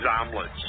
omelets